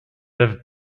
have